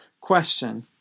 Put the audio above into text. Question